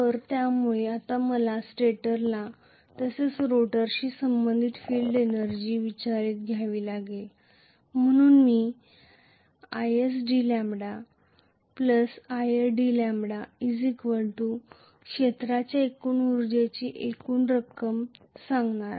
तर ज्यामुळे आता मला स्टेटरला तसेच रोटरशी संबंधित फील्ड उर्जा विचारात घ्यावी लागेल म्हणून मी 𝑖s𝑑𝜆 𝑖r𝑑𝜆 क्षेत्राच्या एकूण उर्जेची एकूण आकडेवारी सांगणार आहे